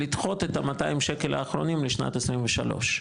לדחות את ה-200 שקל האחרונים לשנת 23,